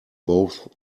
both